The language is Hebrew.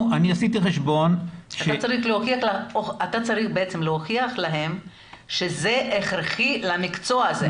אתה בעצם צריך להוכיח להם שזה הכרחי למקצוע הזה.